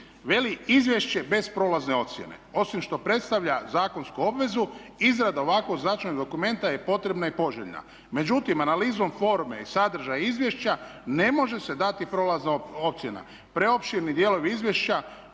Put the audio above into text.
"Izvješće bez prolazne ocjene osim što predstavlja zakonsku obvezu izrada ovako značajnog dokumenta je potrebna i poželjna. Međutim analizom forme i sadržaja izvješća ne može se dati prolazna ocjena. Preopširni dijelovi izvješća